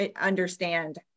understand